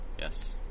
Yes